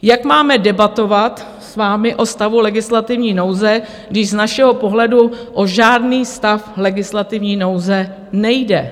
Jak máme debatovat s vámi o stavu legislativní nouze, když z našeho pohledu o žádný stav legislativní nouze nejde?